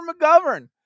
McGovern